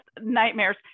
nightmares